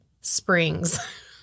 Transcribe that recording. Springs